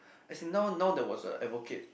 as in now now there was a advocate